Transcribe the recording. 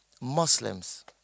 muslims